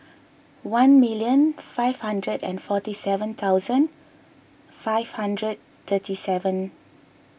one million five hundred and forty seven thousand five hundred thirty seven